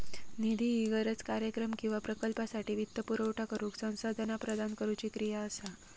निधी ही गरज, कार्यक्रम किंवा प्रकल्पासाठी वित्तपुरवठा करुक संसाधना प्रदान करुची क्रिया असा